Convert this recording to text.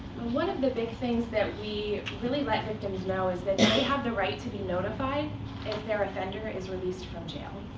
one of the big things that we really let victims know is that they have the right be notified if their offender is released from jail.